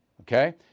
Okay